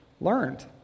learned